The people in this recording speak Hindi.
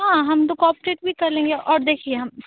हाँ हम तो कॉपटेट भी कर लेंगे और देखिए हम